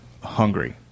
hungry